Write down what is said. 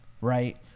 right